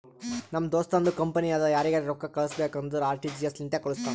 ನಮ್ ದೋಸ್ತುಂದು ಕಂಪನಿ ಅದಾ ಯಾರಿಗರೆ ರೊಕ್ಕಾ ಕಳುಸ್ಬೇಕ್ ಅಂದುರ್ ಆರ.ಟಿ.ಜಿ.ಎಸ್ ಲಿಂತೆ ಕಾಳುಸ್ತಾನ್